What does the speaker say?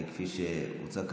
כפי שהוצע כאן,